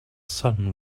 sun